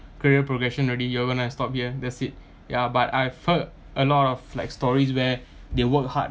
career progression already you're gonna stop here that's it ya but I've heard a lot of like stories where they work hard